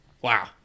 Wow